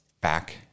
back